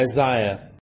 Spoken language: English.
Isaiah